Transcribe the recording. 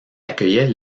accueillait